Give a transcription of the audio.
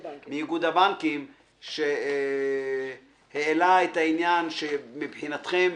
מאיגוד הבנקים שהעלה את העניין שמבחינתכם,